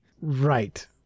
Right